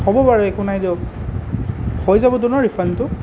হ'ব বাৰু একো নাই দিয়ক হয় যাবতো ন ৰিফাণ্ডটো